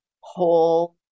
whole